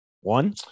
One